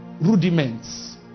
rudiments